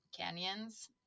canyons